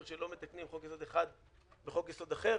שלא מתקנים חוק יסוד אחד בחוק יסוד אחר,